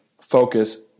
focus